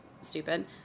stupid